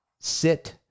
sit